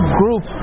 group